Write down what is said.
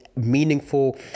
Meaningful